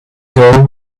girl